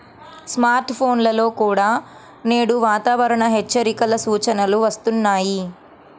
smart ఫోన్లలో కూడా నేడు వాతావరణ హెచ్చరికల సూచనలు వస్తున్నాయి